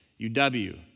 UW